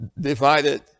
divided